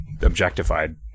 objectified